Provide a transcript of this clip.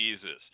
Jesus